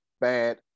bad